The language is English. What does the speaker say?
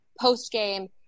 post-game